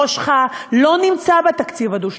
ראשך לא נמצא בתקציב הדו-שנתי.